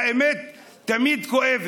האמת תמיד כואבת.